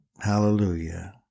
Hallelujah